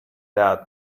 that